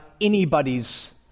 anybody's